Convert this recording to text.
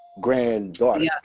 granddaughter